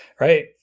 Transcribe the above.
Right